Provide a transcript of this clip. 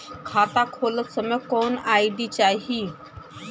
खाता खोलत समय कौन आई.डी चाही?